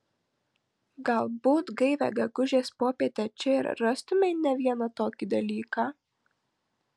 galbūt gaivią gegužės popietę čia ir rastumei ne vieną tokį dalyką